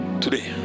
today